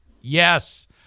Yes